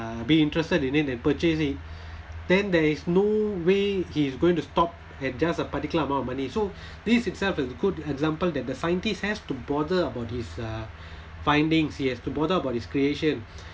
uh be interested in it and purchase it then there is no way he's going to stop at just a particular amount of money so this itself is a good example that the scientists has to bother about his uh findings he has to bother about his creation